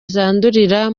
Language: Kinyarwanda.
zandurira